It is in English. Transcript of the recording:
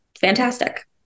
fantastic